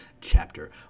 chapter